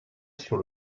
sur